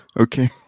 Okay